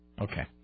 Okay